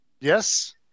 Yes